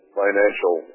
financial